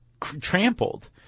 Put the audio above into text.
trampled